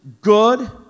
Good